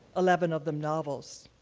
eleven of them novels.